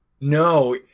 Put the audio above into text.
no